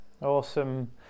Awesome